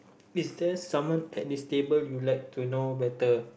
is there someone at this table you like to know better